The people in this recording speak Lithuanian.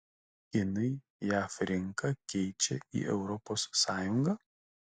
kinai jav rinką keičia į europos sąjungą